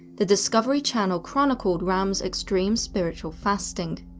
the discovery channel chronicled ram's extreme spiritual fasting,